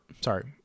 sorry